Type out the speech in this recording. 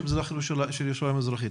מי הילדים הנעלמים שלא נמצאים לא פה ולא שם.